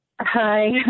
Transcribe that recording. Hi